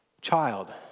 child